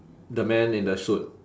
the man in the suit